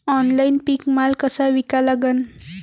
Online पीक माल कसा विका लागन?